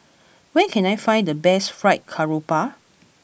where can I find the best Fried Garoupa